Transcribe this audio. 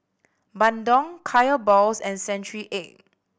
bandung Kaya balls and century egg